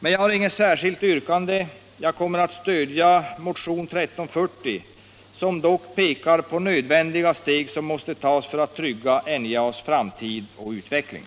å Jag har emellertid inget särskilt yrkande — jag kommer att stödja motionen 1340, där det pekas på nödvändiga steg som måste tas för att trygga NJA:s framtid och utveckling.